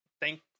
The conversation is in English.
thank